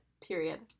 period